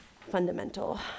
fundamental